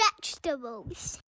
vegetables